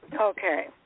Okay